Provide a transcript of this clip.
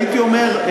הייתי אומר,